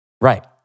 right